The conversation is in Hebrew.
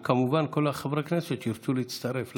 וכמובן כל חברי הכנסת שירצו להצטרף.